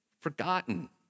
forgotten